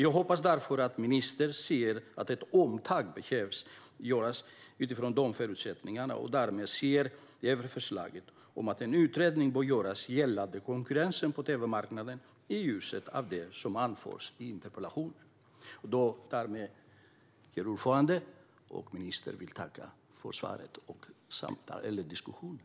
Jag hoppas därför att ministern ser att ett omtag behöver tas utifrån dessa förutsättningar och därmed ser över förslaget om att en utredning ska göras gällande konkurrensen på tv-marknaden i ljuset av det som anförs i interpellationen. Därmed, herr talman och ministern, vill jag tacka för svaret och för diskussionen.